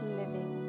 living